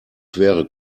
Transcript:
quere